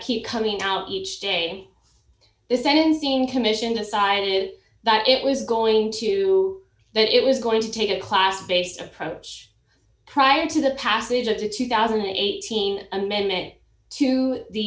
keep coming out each day the sentencing commission decided that it was going to that it was going to take a class based approach prior to the passage of the two thousand and eighteen amendment to the